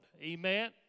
Amen